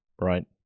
right